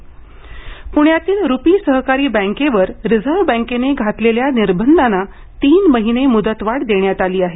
प्ण्यातील रूपी सहकारी बँकेवर रिझर्व बँकेने घातलेल्या निर्बंधाना तीन महिने मुदत वाढ देण्यात आली आहे